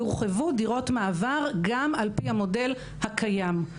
יורחבו דירות מעבר גם על פי המודל הקיים.